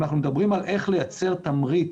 אם אנחנו מדברים על איך לייצר תמריץ